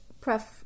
pref